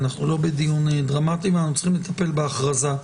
אנחנו לא בדיון דרמטי ואנחנו צריכים לטפל בהכרזה.